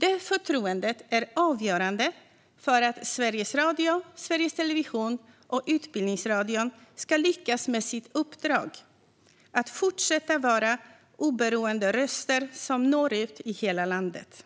Det förtroendet är avgörande för att Sveriges Radio, Sveriges Television och Utbildningsradion ska lyckas med sitt uppdrag att fortsätta vara oberoende röster som når ut i hela landet.